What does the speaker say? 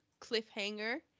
Cliffhanger